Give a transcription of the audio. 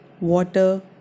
water